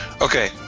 Okay